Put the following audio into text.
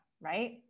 right